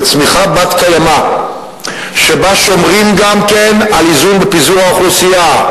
לצמיחה בת-קיימא שבה שומרים גם כן על איזון בפיזור האוכלוסייה,